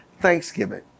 Thanksgiving